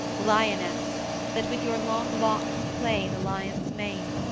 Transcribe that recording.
lioness that with your long locks play the lion's mane!